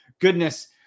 goodness